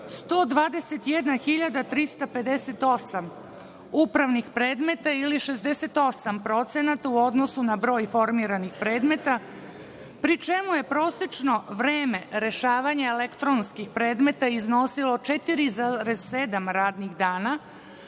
121.358 upravni predmeta ili 68% u odnosu na broj formiranih predmeta, pri čemu je prosečno vreme rešavanja elektronskih predmeta iznosilo 4,7 radnih dana,